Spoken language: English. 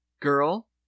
girl